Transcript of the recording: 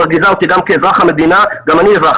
מרגיזה אותי גם כאזרח המדינה גם אני אזרח,